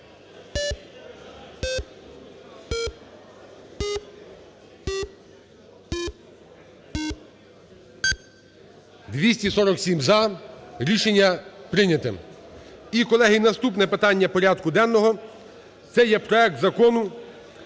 За-247 Рішення прийняте. І, колеги, наступне питання порядку денного – це є проект Закону